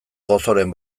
gozoren